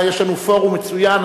יש לנו פורום מצוין,